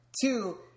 Two